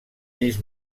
ells